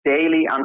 daily